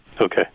Okay